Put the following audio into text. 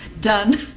Done